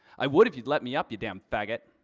i would if you'd let me up you damn faggot.